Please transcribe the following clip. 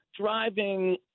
Driving